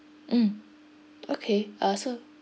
mm okay uh so